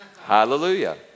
Hallelujah